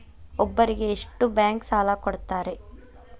ಒಬ್ಬರಿಗೆ ಎಷ್ಟು ಬ್ಯಾಂಕ್ ಸಾಲ ಕೊಡ್ತಾರೆ?